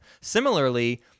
Similarly